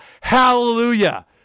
hallelujah